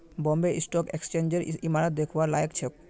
Bombay stock एक्सचेंजेर इमारत दखवार लायक छोक